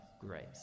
grace